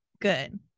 good